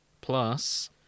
plus